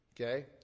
okay